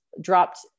dropped